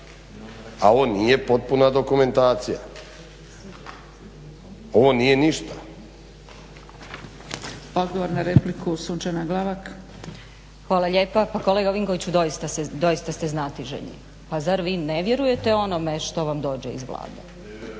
a ovo nije potpuna dokumentacija. Ovo nije ništa.